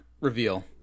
reveal